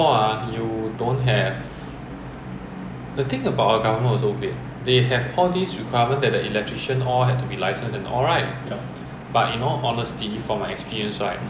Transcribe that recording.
and they may not doing to according to what E_M_A requires or B_C_A requires for all the renovation is the same no matter which I_D you go because in singapore there is no people